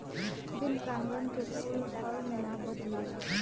बिन परागन के फूल फल मे ना बदलेला